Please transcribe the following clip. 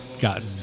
gotten